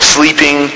Sleeping